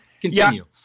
Continue